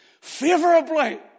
Favorably